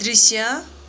दृश्य